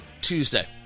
Tuesday